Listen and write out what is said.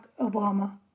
Obama